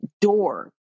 door